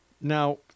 Now